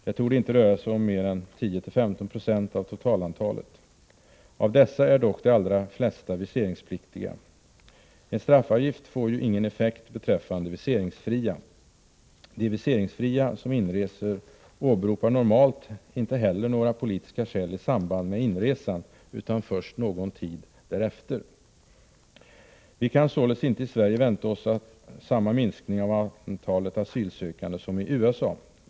Det torde inte röra sig om mer än 10-15 26 av totala antalet. Av dessa är dock de allra flesta viseringspliktiga. En straffavgift får ju ingen effekt beträffande viseringsfria. De viseringsfria som inreser åberopar normalt inte heller några politiska skäl i samband med inresan utan först någon tid därefter. Vi kan således inte vänta oss samma minskning i Sverige av antalet asylsökande som i USA.